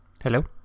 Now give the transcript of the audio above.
Hello